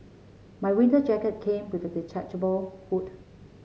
my winter jacket came with a detachable hood